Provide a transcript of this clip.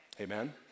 Amen